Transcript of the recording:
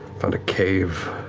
found a cave